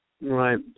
Right